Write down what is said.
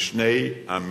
לשני עמים,